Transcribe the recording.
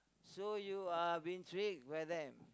so you uh been tricked by them